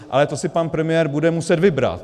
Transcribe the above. Ale to si pan premiér bude muset vybrat.